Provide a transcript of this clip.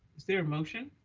is there a motion?